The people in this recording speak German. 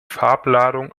farbladung